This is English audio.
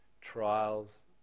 trials